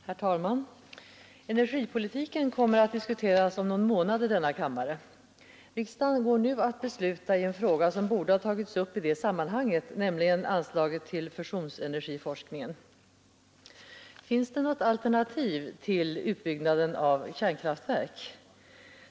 Herr talman! Energipolitiken kommer att diskuteras om någon månad i denna kammare. Riksdagen går nu att besluta i en fråga som borde ha tagits upp i det sammanhanget, nämligen anslaget till fusionsenergiforskningen. Finns det något alternativ till utbyggnaden av kärnkraftverk?